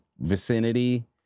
vicinity